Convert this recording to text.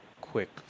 quick